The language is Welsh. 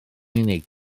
unig